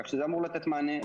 כך שזה אמור לתת מענה.